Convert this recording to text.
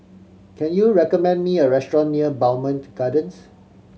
can you recommend me a restaurant near Bowmont Gardens